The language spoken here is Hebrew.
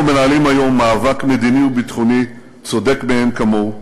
אנחנו מנהלים היום מאבק מדיני וביטחוני צודק מאין כמוהו,